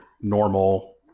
normal